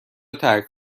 ترک